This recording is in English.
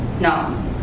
No